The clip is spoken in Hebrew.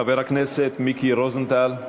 חבר הכנסת מיקי רוזנטל,